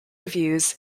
reviews